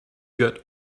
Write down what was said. got